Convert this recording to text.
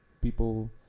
people